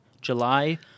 July